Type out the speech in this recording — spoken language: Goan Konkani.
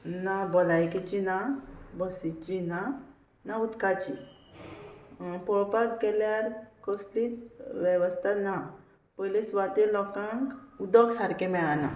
ना भलायकेची ना बसीची ना ना उदकाची पळोवपाक गेल्यार कसलीच वेवस्था ना पयले सुवातेर लोकांक उदक सारकें मेळना